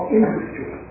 industry